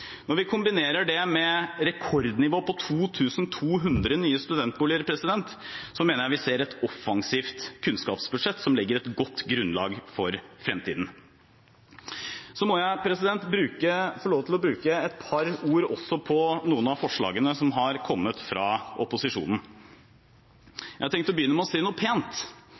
Når vi kombinerer det med et rekordnivå på 2 200 nye studentboliger, mener jeg vi ser et offensivt kunnskapsbudsjett som legger et godt grunnlag for fremtiden. Så må jeg også få lov til å bruke et par ord på noen av forslagene som har kommet fra opposisjonen. Jeg har tenkt å begynne med å si noe pent,